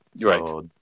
right